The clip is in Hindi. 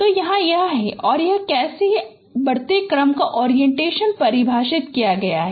तो यहाँ यह है कि कैसे बढ़ते क्रम का ओरिएंटेशन परिभाषित किया गया है